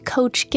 Coach